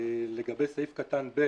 לגבי סעיף קטן (ב),